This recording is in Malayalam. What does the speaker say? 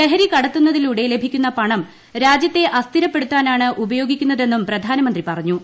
ലഹരി കടത്തിലൂടെ ലഭിക്കുന്ന പണം രാജ്യത്തെ അസ്ഥിരപ്പെടുത്താനാണ് ഉപയോഗിക്കുന്നതെന്നും പ്രധാനമന്ത്രി പറഞ്ഞു